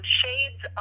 shades